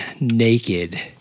naked